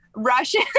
Russian